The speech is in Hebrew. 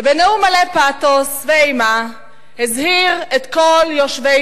ובנאום מלא פתוס ואימה הזהיר את כל יושבי